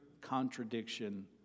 contradiction